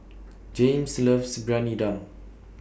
Jaymes loves Briyani Dum